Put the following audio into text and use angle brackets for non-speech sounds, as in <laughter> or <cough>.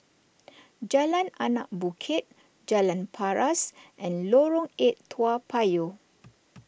<noise> Jalan Anak Bukit Jalan Paras and Lorong eight Toa Payoh